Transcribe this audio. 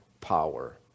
power